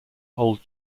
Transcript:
old